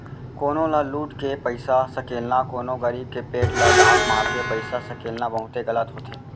कोनो ल लुट के पइसा सकेलना, कोनो गरीब के पेट ल लात मारके पइसा सकेलना बहुते गलत होथे